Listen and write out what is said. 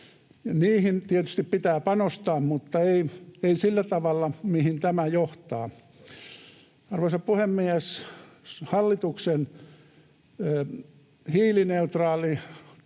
Niihin tietysti pitää panostaa mutta ei sillä tavalla, mihin tämä johtaa. Arvoisa puhemies! Hallituksen hiilineutraalisuustavoitevuosi